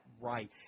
right